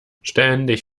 ständig